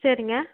சரிங்க